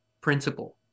principle